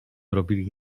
robili